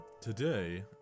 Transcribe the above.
Today